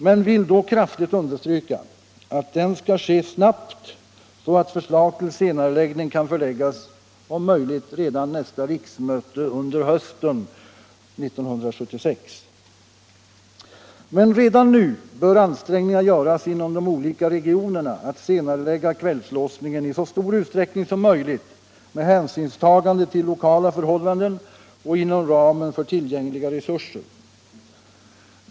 Jag vill dock kraftigt understryka att den verkligen skall ske snabbt så att förslag till senareläggning om möjligt kan föreläggas riksmötet hösten 1976. Redan nu bör dock ansträngningar göras för att inom de olika regionerna senarelägga kvällslåsningen i så stor utsträckning som det är möjligt med hänsyn till lokala förhållanden och inom ramen för tillgängliga resurser.